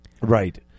Right